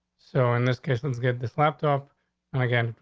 so in this case, let's get this laptop and again.